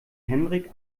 henrik